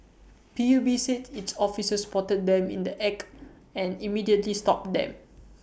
P U B said its officers spotted them in the act and immediately stopped them